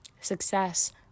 success